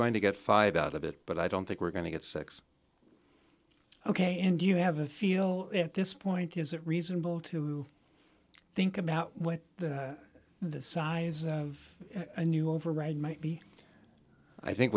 going to get five out of it but i don't think we're going to get six ok and you have a feel at this point is it reasonable to think about what the size of a new override might be i think